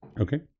Okay